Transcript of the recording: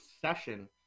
session